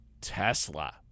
Tesla